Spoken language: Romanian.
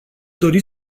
dori